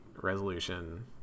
resolution